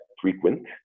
frequent